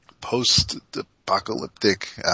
post-apocalyptic